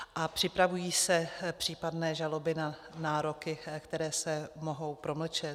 A připravují se případné žaloby na nároky, které se mohou promlčet?